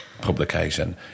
publication